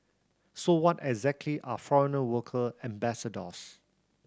so what exactly are foreign worker ambassadors